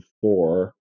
four